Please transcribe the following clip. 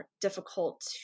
difficult